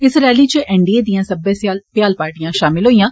इस रैली च एन डी ए दियां सब्ल भ्याल पार्टियां षामल होइयां